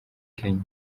kenya